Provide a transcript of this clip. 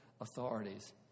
authorities